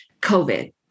COVID